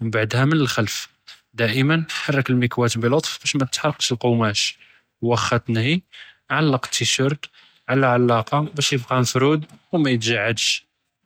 ו מן בעדהא מן אִלח'לף, דיּמא חַרּכּ אלמִקוַאה בלוטף באש מא תתחָרקְש אלקמאש, ו אֻח'א תנְהִי, עַלּק אִלטישֵרט עלא עלאקה באש יִבקא מְפרוד ו מא יתג'עדש.